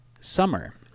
summer